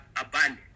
abandoned